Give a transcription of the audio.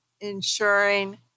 ensuring